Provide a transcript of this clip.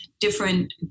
different